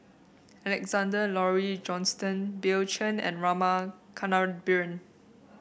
Alexander Laurie Johnston Bill Chen and Rama Kannabiran